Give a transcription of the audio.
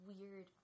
weird